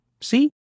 See